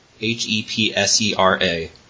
H-E-P-S-E-R-A